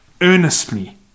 earnestly